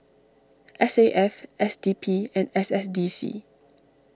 S A F S D P and S S D C